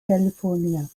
california